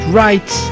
right